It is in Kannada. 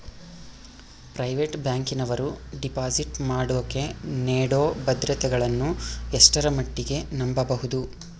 ಪ್ರೈವೇಟ್ ಬ್ಯಾಂಕಿನವರು ಡಿಪಾಸಿಟ್ ಮಾಡೋಕೆ ನೇಡೋ ಭದ್ರತೆಗಳನ್ನು ಎಷ್ಟರ ಮಟ್ಟಿಗೆ ನಂಬಬಹುದು?